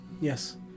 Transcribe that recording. Yes